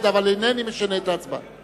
אבל אינני משנה את ההצבעה.